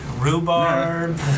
Rhubarb